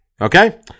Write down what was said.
Okay